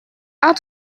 out